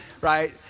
right